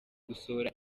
gusohora